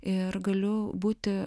ir galiu būti